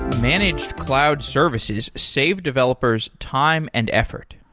managed cloud services save developers time and effort.